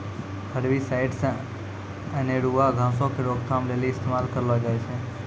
herbicides अनेरुआ घासो के रोकथाम लेली इस्तेमाल करलो जाय छै